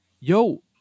Yo